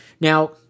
Now